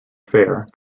fare